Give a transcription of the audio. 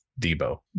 Debo